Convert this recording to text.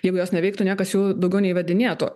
jeigu jos neveiktų niekas jų daugiau neįvedinėtų